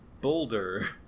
boulder